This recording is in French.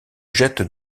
jette